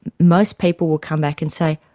most people will come back and say,